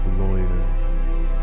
lawyers